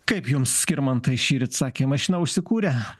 kaip jums skirmantai šįryt sakė mašina užsikūrė